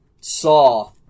saw